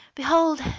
behold